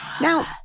Now